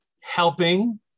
helping